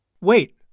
Wait